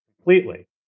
completely